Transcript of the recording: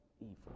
evil